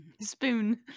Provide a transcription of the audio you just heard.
Spoon